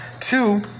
Two